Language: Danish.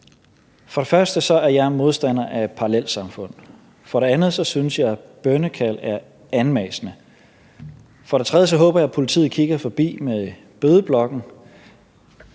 For det første er jeg modstander af parallelsamfund, for det andet synes jeg, at bønnekald er anmassende, for det tredje håber jeg, at politiet kigger forbi med bødeblokken